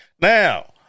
Now